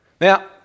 Now